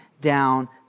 down